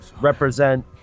represent